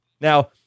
Now